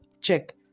check